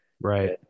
right